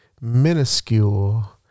minuscule